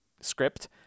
Script